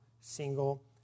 single